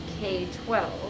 K-12